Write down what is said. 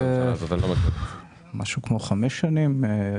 לפני כחמש שנים.